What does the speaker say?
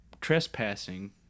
trespassing